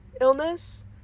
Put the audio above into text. illness